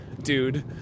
Dude